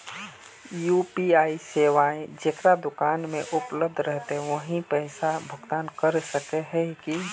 UPI सेवाएं जेकरा दुकान में उपलब्ध रहते वही पैसा भुगतान कर सके है की?